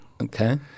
Okay